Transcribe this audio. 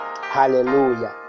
hallelujah